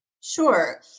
Sure